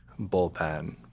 bullpen